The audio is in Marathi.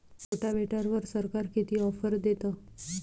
रोटावेटरवर सरकार किती ऑफर देतं?